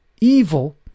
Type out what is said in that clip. evil